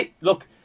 look